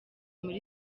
muri